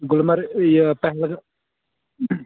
گُلمرگ یہِ پہلگا